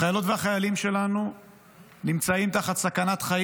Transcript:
החיילות והחיילים שלנו נמצאים תחת סכנת חיים